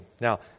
Now